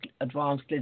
advanced